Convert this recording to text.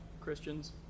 christians